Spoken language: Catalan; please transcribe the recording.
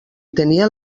tenien